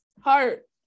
heart